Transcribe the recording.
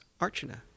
Archana